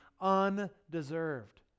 undeserved